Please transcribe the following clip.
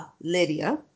Lydia